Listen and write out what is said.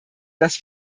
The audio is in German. das